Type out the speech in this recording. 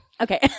Okay